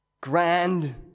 Grand